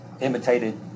imitated